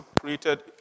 created